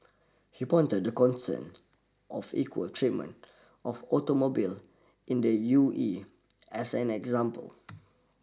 he pointed to concerns of equal treatment of automobiles in the U E as an example